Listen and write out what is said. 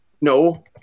No